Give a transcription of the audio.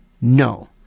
No